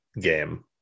game